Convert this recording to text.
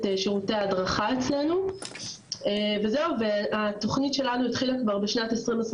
שירותי ההדרכה אצלנו וזהו והתוכנית שלנו התחילה כבר בשנת 2021,